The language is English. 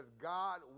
God